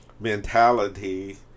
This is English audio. mentality